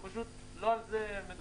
פשוט לא על זה מדובר.